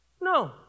No